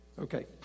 okay